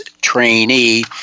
trainee